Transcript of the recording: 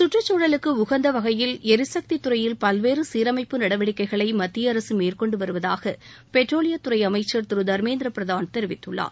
சுற்றுகுழலுக்கு உகந்த வகையில் எரிசக்தித் துறையில் பல்வேறு சீரணப்பு நடவடிக்கைகளை மத்திய அரசு மேற்கொண்டு வருவதாக பெட்ரோலியத் துறை அமைச்சர் திரு தர்மேந்திர பிரதான் தெரிவித்துள்ளார்